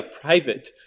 private